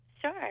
Sure